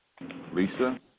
Lisa